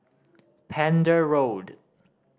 Pender Road